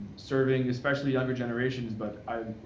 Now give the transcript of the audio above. and serving, especially younger generations, but i,